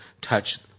touch